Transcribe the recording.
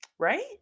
Right